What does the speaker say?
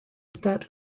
that